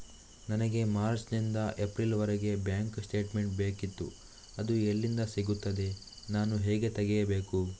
ನನಗೆ ಮಾರ್ಚ್ ನಿಂದ ಏಪ್ರಿಲ್ ವರೆಗೆ ಬ್ಯಾಂಕ್ ಸ್ಟೇಟ್ಮೆಂಟ್ ಬೇಕಿತ್ತು ಅದು ಎಲ್ಲಿಂದ ಸಿಗುತ್ತದೆ ನಾನು ಹೇಗೆ ತೆಗೆಯಬೇಕು?